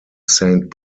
saint